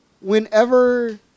whenever